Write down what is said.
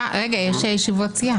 ראיתי שאת צריכה ללכת,